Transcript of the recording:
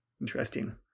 Interesting